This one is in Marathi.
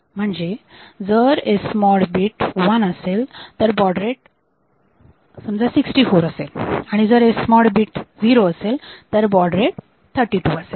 म्हणजे जर SMOD बीट 1 असेल तर बॉड रेट 64 असेल आणि जर SMOD बीट 0 असेल तर बॉड रेट 32 असेल